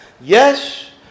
Yes